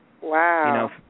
Wow